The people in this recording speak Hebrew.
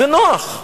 זה נוח.